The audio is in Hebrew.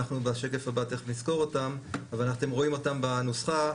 אתם רואים אותם בנוסחה.